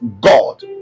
God